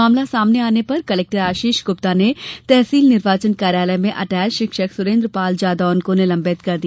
मामला सामने आने पर कलेक्टर आशीष गुप्ता ने तहसील निर्वाचन कार्यालय में अटैच शिक्षक सुरेंद्र पाल जादौन को निलंबित कर दिया